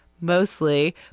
mostly